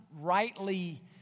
rightly